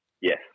Yes